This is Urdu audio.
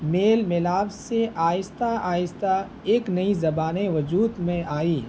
میل ملاپ سے آہستہ آہستہ ایک نئی زبان وجود میں آئی